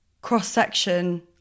cross-section